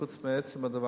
חוץ מעצם הדבר,